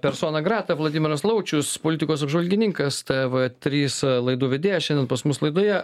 persona greta vladimiras laučius politikos apžvalgininkas tv trys laidų vedėjas šiandien pas mus laidoje